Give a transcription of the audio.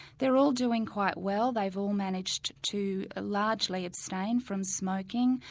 they are all doing quite well, they've all managed to ah largely abstain from smoking.